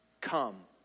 Come